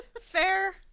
Fair